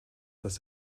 das